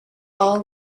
all